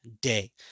day